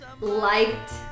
liked